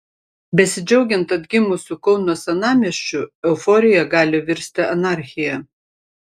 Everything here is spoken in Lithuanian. besidžiaugiant atgimusiu kauno senamiesčiu euforija gali virsti anarchija